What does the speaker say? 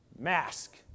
Mask